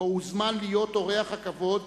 שבו הוזמן להיות אורח הכבוד